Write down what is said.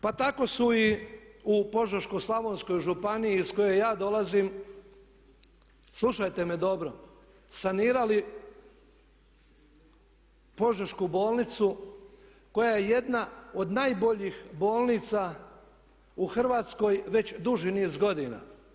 Pa tako su i u Požeško-slavonskoj županiji iz koje ja dolazim, slušajte me dobro, sanirali Požešku bolnicu koja je jedna od najboljih bolnica u Hrvatskoj već duži niz godina.